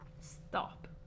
Stop